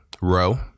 row